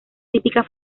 típica